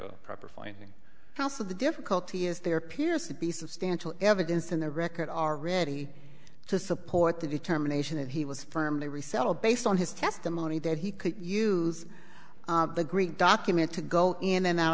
a proper finding house of the difficulty is there appears to be substantial evidence in the record are ready to support the determination that he was firmly resettled based on his testimony that he could use the greek document to go in and out